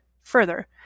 Further